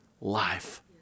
life